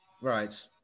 Right